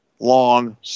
Long